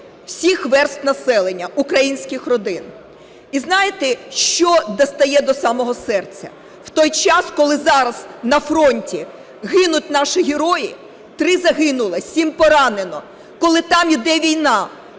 всіх верств населення, українських родин. І знаєте, що дістає до самого серця? В той час, коли зараз на фронті гинуть наші герої: три загинуло, сім поранено, - коли там іде війна,